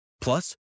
Plus